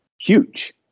huge